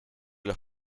los